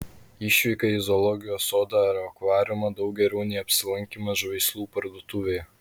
išvyka į zoologijos sodą ar akvariumą daug geriau nei apsilankymas žaislų parduotuvėje